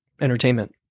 entertainment